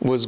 was